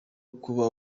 kuba